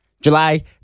July